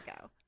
go